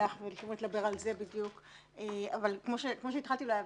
כמו שהתחלתי להגיד,